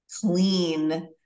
clean